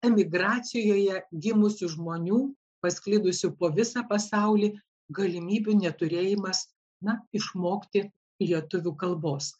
emigracijoje gimusių žmonių pasklidusių po visą pasaulį galimybių neturėjimas na išmokti lietuvių kalbos